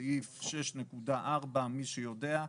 סעיף 6.4 למי שיודע.